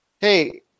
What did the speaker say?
hey